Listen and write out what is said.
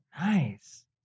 Nice